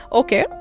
okay